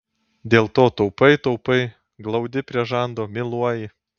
dėl to taupai taupai glaudi prie žando myluoji